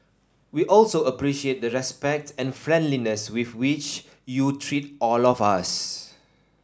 we also appreciate the respect and friendliness with which you treat all of us